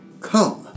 Come